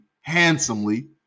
handsomely